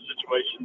situation